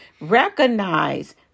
Recognize